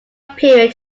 period